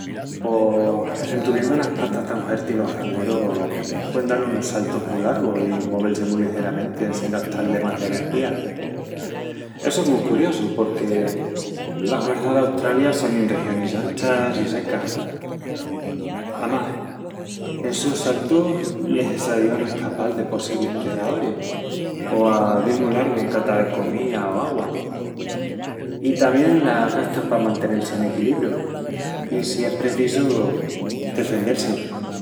Pos... en tuviendu unas patas tan huertis los cangurus, puein dal unus saltus mu largus i movel-si mu ligeramenti en sin gastal de más d'energía. Essu es mu curiosu porque la huerça d'Australia sonin regionis anchas i secas. Amás, essus saltus les ayúan a escapal de possiblis predaoris o a dil mu largu en cata de comía o augua. I tamién las gastan pa mantenel-si en equilibru, i si es precisu, defendel-si.